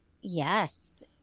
yes